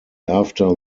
after